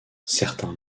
certains